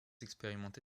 expérimenté